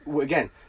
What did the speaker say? again